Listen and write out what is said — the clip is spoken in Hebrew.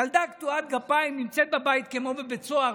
ילדה קטועת גפיים נמצאת בבית כמו בבית סוהר,